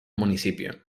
municipio